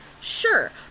Sure